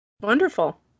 Wonderful